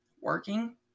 Working